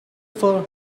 for